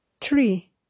Three